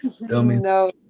No